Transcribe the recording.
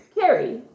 carrie